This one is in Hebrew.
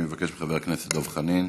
אני מבקש מחבר הכנסת דב חנין.